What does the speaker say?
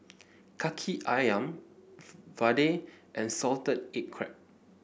Kaki ayam Vadai and Salted Egg Crab